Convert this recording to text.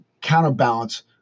counterbalance